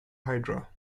hydra